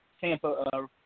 Tampa